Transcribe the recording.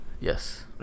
Yes